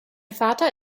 vater